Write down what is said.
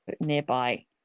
nearby